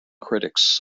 critics